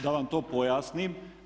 Da vam to pojasnim.